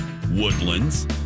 woodlands